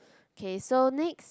K so next